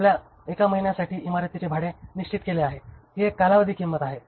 आपल्या एका महिन्यासाठी इमारतीचे भाडे निश्चित केले आहे ही एक कालावधी किंमत आहे